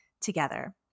together